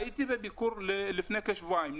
הייתי בביקור לפני כשבועיים,